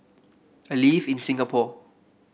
I live in Singapore